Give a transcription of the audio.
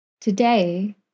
Today